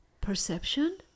perception